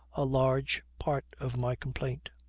a large part of my complaint.